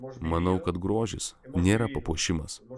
manau kad grožis nėra papuošimas